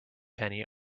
penny